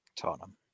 Tottenham